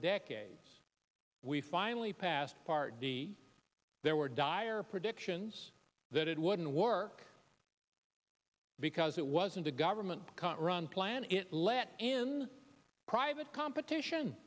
decades we finally passed part d there were dire predictions that it wouldn't work because it wasn't a government can't run plan it let in private competition